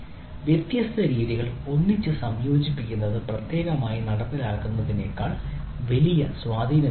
വ്യത്യസ്ത രീതികൾ ഒന്നിച്ച് സംയോജിപ്പിക്കുന്നത് പ്രത്യേകമായി നടപ്പിലാക്കുന്നതിനേക്കാൾ വലിയ സ്വാധീനം ചെലുത്തും